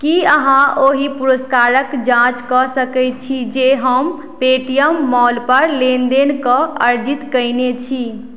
की अहाँ ओहि पुरस्कारक जाँच कऽ सकैत छी जे हम पे टी एम मॉलपर लेनदेन कऽ अर्जित कयने छी